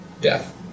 death